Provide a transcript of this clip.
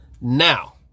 Now